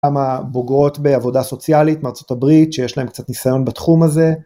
גם הבוגרות בעבודה סוציאלית מארצות הברית, שיש להן קצת ניסיון בתחום הזה.